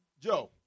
Joe